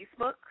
Facebook